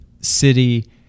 City